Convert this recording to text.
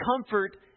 comfort